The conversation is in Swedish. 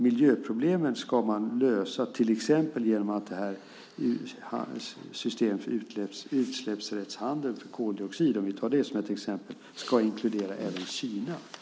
Miljöproblemen ska man lösa till exempel genom att systemet för utsläppsrättshandel för koldioxid, om vi tar det som ett exempel, ska inkludera även Kina.